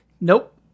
Nope